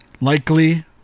Likely